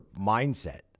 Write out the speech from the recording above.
mindset